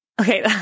Okay